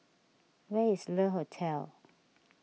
where is Le Hotel